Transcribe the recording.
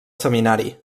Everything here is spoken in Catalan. seminari